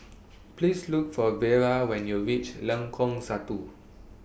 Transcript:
Please Look For Vera when YOU REACH Lengkong Satu